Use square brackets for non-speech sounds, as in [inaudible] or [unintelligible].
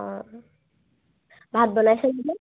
অঁ ভাত বনাইছে [unintelligible]